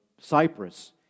Cyprus